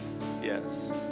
yes